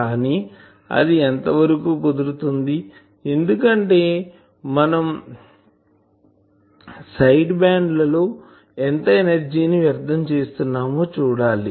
కానీ అది ఎంత వరకు కుదురుతుంది ఎందుకంటే మనం సైడ్ బ్యాండ్ ల లో ఎంత ఎనర్జీ ని వ్యర్థం చేస్తున్నామో చూడాలి